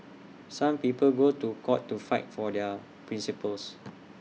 some people go to court to fight for their principles